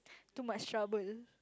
too much trouble